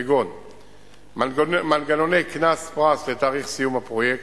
כגון מנגנוני קנס/פרס לתאריך סיום הפרויקט,